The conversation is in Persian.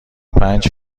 پنج